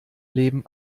leben